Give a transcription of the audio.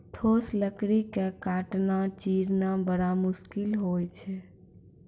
ठोस लकड़ी क काटना, चीरना बड़ा मुसकिल होय छै